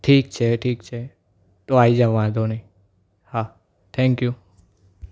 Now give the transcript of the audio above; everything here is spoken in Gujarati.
ઠીક છે ઠીક છે તો આવી જાવ વાંધો નહીં હા થેંક્યુ